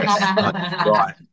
Right